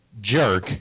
jerk